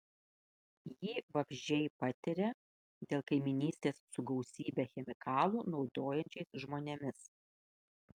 jį vabzdžiai patiria dėl kaimynystės su gausybę chemikalų naudojančiais žmonėmis